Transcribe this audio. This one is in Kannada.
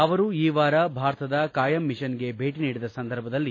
ಅವರು ಈ ವಾರ ಭಾರತದ ಖಾಯಂ ಮಿಷನ್ಗೆ ಭೇಟ ನೀಡಿದ ಸಂದರ್ಭದಲ್ಲಿ